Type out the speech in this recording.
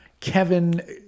Kevin